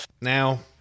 Now